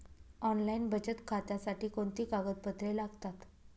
Online बचत खात्यासाठी कोणती कागदपत्रे लागतात?